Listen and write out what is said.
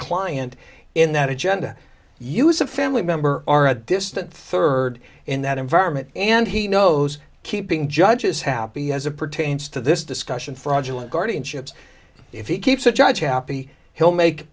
client in that agenda use a family member or a distant third in that environment and he knows keeping judges happy has a pertains to this discussion fraudulent guardianships if he keeps a judge happy he'll make